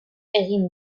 egin